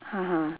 (uh huh)